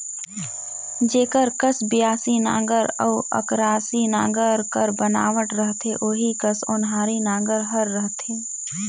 जेकर कस बियासी नांगर अउ अकरासी नागर कर बनावट रहथे ओही कस ओन्हारी नागर हर रहथे